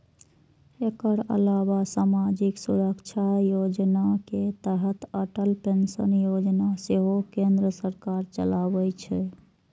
एकर अलावा सामाजिक सुरक्षा योजना के तहत अटल पेंशन योजना सेहो केंद्र सरकार चलाबै छै